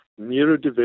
neurodevelopment